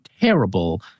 terrible